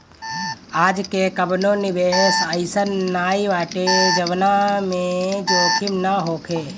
आजके कवनो निवेश अइसन नाइ बाटे जवना में जोखिम ना होखे